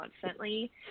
constantly